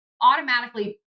automatically